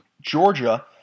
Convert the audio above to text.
Georgia